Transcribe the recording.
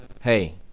hey